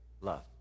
love